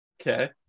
Okay